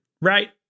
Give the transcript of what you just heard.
right